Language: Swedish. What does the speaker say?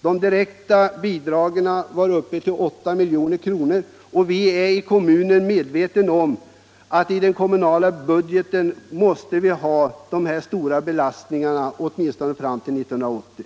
De direkta bidragen var uppe i över 8 milj.kr., och vi är medvetna om att vi i den kommunala budgeten måste ha dessa stora belastningar åtminstone t.o.m. 1980.